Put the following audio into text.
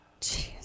Jeez